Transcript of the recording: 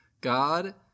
god